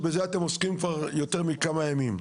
שבזה אתם עוסקים כבר יותר מכמה ימים.